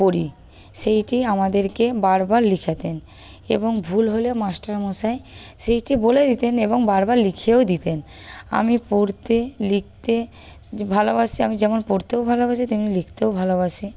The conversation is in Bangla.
পড়ি সেইটি আমাদেরকে বারবার লেখাতেন এবং ভুল হলে মাস্টারমশাই সেইটে বলে দিতেন এবং বারবার লিখিয়েও দিতেন আমি পড়তে লিখতে ভালোবাসি আমি যেমন পড়তেও ভালোবাসি তেমনি লিখতেও ভালোবাসি